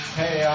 hey